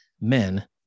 men